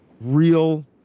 real